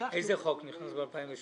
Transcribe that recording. איזה חוק נכנס ב-2017?